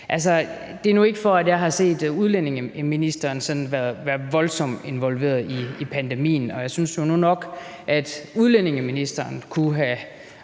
Det er nu ikke, fordi jeg har set udlændingeministeren være voldsomt involveret i pandemien, og jeg synes nu nok, at udlændingeministeren kunne have